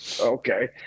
okay